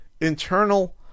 internal